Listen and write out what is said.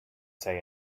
say